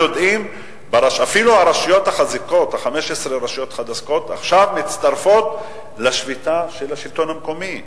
אפילו 15 הרשויות החזקות מצטרפות עכשיו לשביתה של השלטון המקומי,